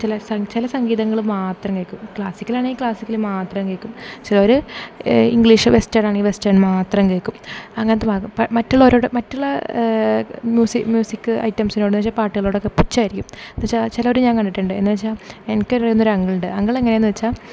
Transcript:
ചില സം ചില സംഗീതങ്ങൾ മാത്രം കേൾക്കും ക്ലാസിക്കൽ ആണെങ്കിൽ ക്ലാസിക്കൽ മാത്രം കേൾക്കും ചെലോർ ഇംഗ്ലീഷ് വെസ്റ്റേൺ ആണെങ്കിൽ വെസ്റ്റേൺ കേൾക്കും അങ്ങനത്തെ മാത്രം മറ്റുള്ളവരോട് മറ്റുള്ള മ്യൂസി മ്യൂസിക് ഐറ്റംസിനോട് ഒക്കെ എന്നു വെച്ചാൽ പാട്ടുകളോടൊക്കെ പുച്ഛം ആയിരിക്കും എന്നു വെച്ചാൽ ചെലോരെ ഞാൻ കണ്ടിട്ട് ഉണ്ട് എന്നു വെച്ചാൽ എനിക്ക് അറിയാവുന്ന ഒരു അങ്കിൾ ഉണ്ട് അങ്കിൾ എങ്ങനെയാണെന്നു വെച്ചാൽ